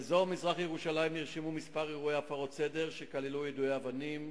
באזור מזרח-ירושלים נרשמו כמה אירועי הפרות סדר שכללו יידוי אבנים